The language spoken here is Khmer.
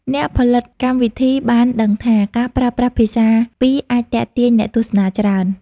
អ្នកផលិតកម្មវិធីបានដឹងថា ការប្រើប្រាស់ភាសាពីរអាចទាក់ទាញអ្នកទស្សនាច្រើន។